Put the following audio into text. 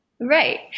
Right